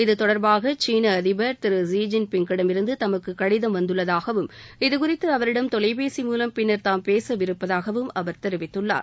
இத்தொடர்பாக சீன அதிபர் திரு லீ ஜின்பிங்கிடமிருந்து தமக்கு கடிதம் வந்துள்ளதாகவும் இது குறித்து அவரிடம் தொலைபேசி மூவம் பின்னர் தாம் பேசவிருப்பதாகவும் அவர் தெரிவித்துள்ளார்